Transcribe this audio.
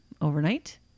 overnight